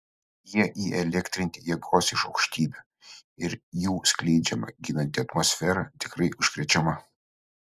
jie įelektrinti jėgos iš aukštybių ir jų skleidžiama gydanti atmosfera tikrai užkrečiama